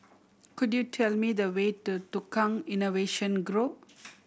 could you tell me the way to Tukang Innovation Grove